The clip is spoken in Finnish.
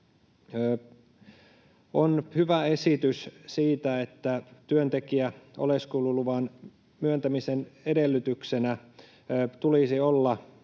on hyvä esitys siitä, että työntekijän oleskeluluvan myöntämisen edellytyksenä tulisi olla